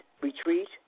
retreat